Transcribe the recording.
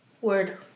Word